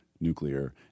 nuclear